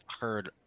heard